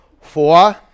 Four